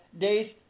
days